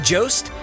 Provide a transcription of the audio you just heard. Jost